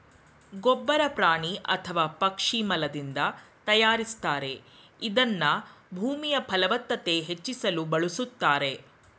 ಗೊಬ್ಬರ ಪ್ರಾಣಿ ಅಥವಾ ಪಕ್ಷಿ ಮಲದಿಂದ ತಯಾರಿಸ್ತಾರೆ ಇದನ್ನ ಭೂಮಿಯಫಲವತ್ತತೆ ಹೆಚ್ಚಿಸಲು ಬಳುಸ್ತಾರೆ